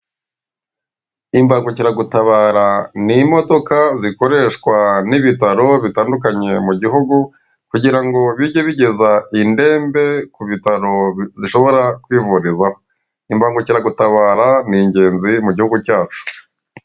Imbangukiragutabara ni imodoka zikoreshwa n'ibitaro bitandukanye mu gihugu, kugira ngo bijye bigeza indembe ku bitaro zishobora kwivurizaho. Imbangukiragutabara ni ingenzi mu gihugu cyacu.